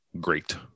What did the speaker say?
great